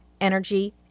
energy